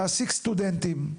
להעסיק סטודנטים.